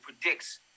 predicts